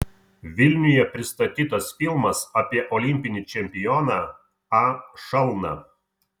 vilniuje pristatytas filmas apie olimpinį čempioną a šalną